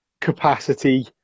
capacity